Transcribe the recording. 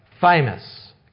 famous